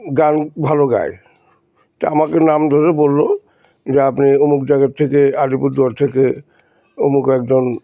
গান ভালো গায় তা আমাকে নাম ধরে বললো যে আপনি অমুক জায়গার থেকে আদিপুরদুয়ার থেকে অমুক একজন